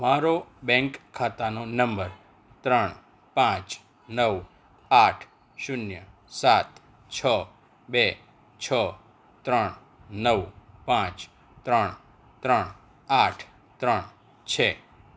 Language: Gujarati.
મારો બેંક ખાતાનો નંબર ત્રણ પાંચ નવ આઠ શૂન્ય સાત છ બે છ ત્રણ નવ પાંચ ત્રણ ત્રણ આઠ ત્રણ છે